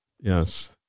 Yes